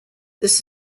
this